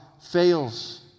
Fails